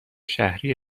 شهری